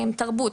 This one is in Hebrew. תרבות,